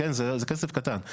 זה כסף קטן.